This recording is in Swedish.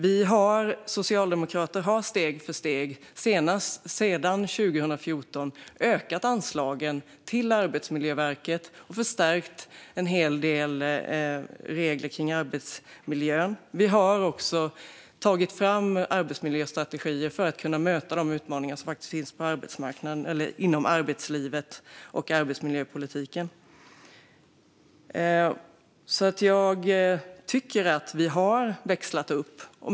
Vi socialdemokrater har steg för steg sedan 2014 ökat anslagen till Arbetsmiljöverket och förstärkt en hel del regler om arbetsmiljön. Vi har också tagit fram arbetsmiljöstrategier för att kunna möta de utmaningar som finns inom arbetslivet och arbetsmiljöpolitiken. Vi har växlat upp.